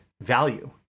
value